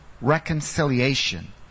reconciliation